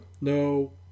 No